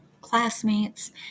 classmates